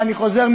ואני חוזר,